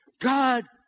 God